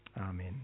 Amen